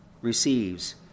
receives